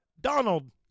Donald